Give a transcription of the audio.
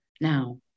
Now